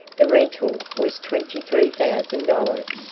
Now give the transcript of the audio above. the rental was twenty three thousand dollars,